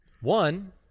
One